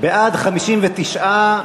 בעד, 59,